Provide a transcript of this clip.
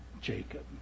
Jacob